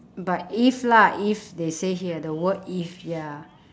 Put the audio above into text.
but if lah if they say here the word if ya